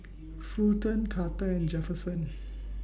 Fulton Carter and Jefferson